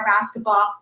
basketball